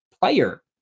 player